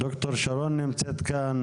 דוקטור שרון אלרעי פרייס נמצאת כאן